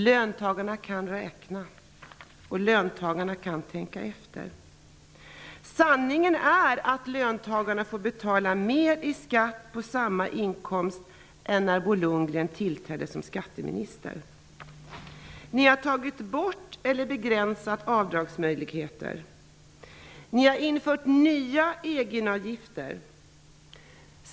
Löntagarna kan räkna. Löntagarna kan tänka efter. Men sanningen är att löntagarna får betala mer i skatt på samma inkomst nu än när Bo Lundgren tillträdde som skatteminister. Ni har tagit bort eller begränsat avdragsmöjligheterna. Ni har infört nya egenavgifter.